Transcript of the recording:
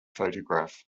photograph